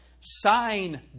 Sign